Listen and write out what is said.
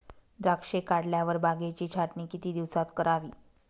द्राक्षे काढल्यावर बागेची छाटणी किती दिवसात करावी?